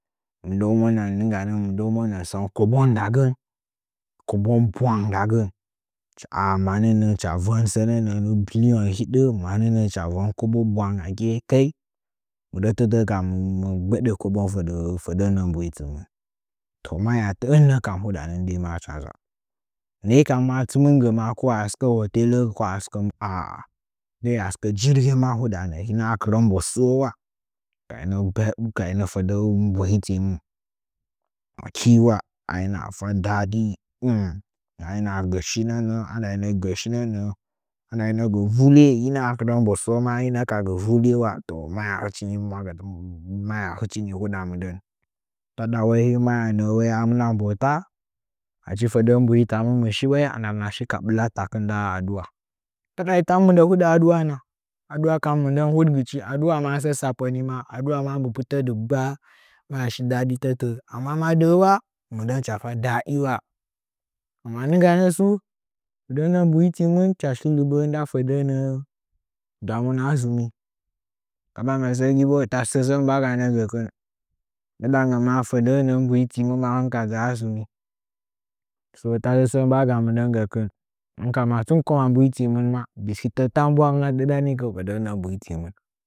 Mɨndəunəngən nɨngganə mɨndəunəngən sən koben nda gən kobon bwang nda gən chis manə nə’ə hɨcha vən sənə nə’ə nggɨ billion hida manə nə’ə hɨcha vən kobo bwang aki mɨndətə tə’ə kam mɨ gbəɗə kobon fədəgən fədə nə’ə mbuhitɨnmɨ toh maya tə’ə nəkam hudanə ndəima hɨcha nza ndai lam maa tɨn mɨn gə ma. Ko asɨkə hotela ko a sɨkə mu a’a ndai asɨkə jirge ma huɗanə hinəa kɨrəa mbətsuwi ula gainə bau gainə fəda mbuhitinən akiwa ahinəa fa dadi ahinəa gə shi nə’ə gə shinənə’ə andaina vulailə akɨrə mbətsuwo maa hinə ka gə vula’ ula maya hɨchi ni huda mɨndən maya hɨchi huda mɨndən taɗa wayi maya nə’ə shɨmna mbohta achi fədə mbuhitamɨn mɨshi ulao andamna shi ka ɓɨlattakɨn nda adu’a tad’a wai ta mɨndə hudə adu’a na adu’a kam mɨndən huɗgɨchi adu’a maa sə tsapəni adu’a maa mɨpita dɨgba maya shi dade ta tə’ə, amma madə’ə wa mɨndən hɨcha fa dadiwa ma nɨngganə tsu fədə nə’ə mbuhitɨmɨn hɨcha lɨbə’ə nda fətə nə’ə ndauna zɨuwo kuma masə mbagana gəkɨnnə ndɨ dangən maa fətə mbuhitimɨn dzaa zumo so tasə səə mbajamna gə kɨn hɨnkam tun kama mbuhitimɨna biskɨtə tan bwa’amma dɨryanikɨn fətə mbuhi timɨn.